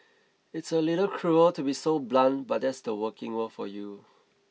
it's a little cruel to be so blunt but that's the working world for you